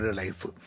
life